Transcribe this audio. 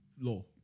law